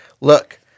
look